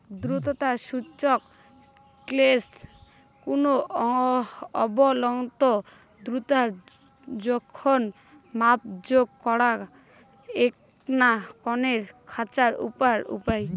আর্দ্রতা সূচক স্কেল কুনো অঞ্চলত আর্দ্রতার জোখন মাপজোক করার এ্যাকনা কণেক খরচার উপাই